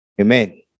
amen